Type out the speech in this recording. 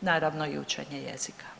naravno i učenje jezika.